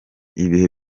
ibihe